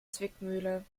zwickmühle